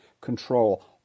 control